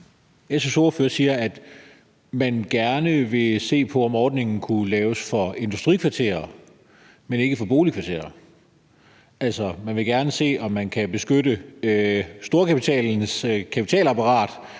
SF's ordfører siger, at man gerne vil se på, om ordningen kunne laves for industrikvarterer, men ikke for boligkvarterer, altså at man gerne vil se på, om man kan beskytte storkapitalens kapitalapparat,